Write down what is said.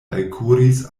alkuris